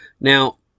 Now